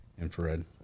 infrared